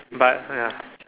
but ya